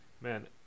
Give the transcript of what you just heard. man